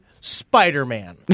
Spider-Man